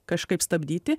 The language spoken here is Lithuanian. kažkaip stabdyti